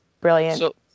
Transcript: brilliant